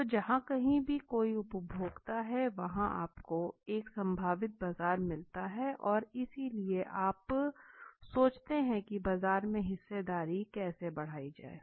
तो जहां कहीं भी कोई उपभोक्ता है वहां आपको एक संभावित बाजार मिलता है और इसलिए आप सोचते हैं कि बाजार में हिस्सेदारी कैसे बढ़ाई जाए